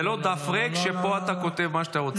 זה לא דף ריק שבו אתה כותב מה שאתה רוצה.